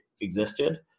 existed